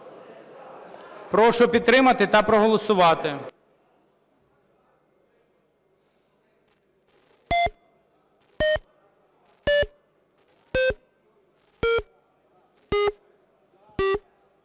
Прошу підтримати та проголосувати.